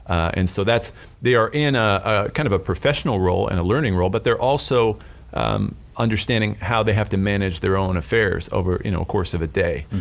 and so that's they are in a a kind of a professional role and a learning role, but they're also understanding how they have to manage their own affairs over a course of a day,